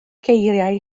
geiriau